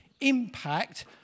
impact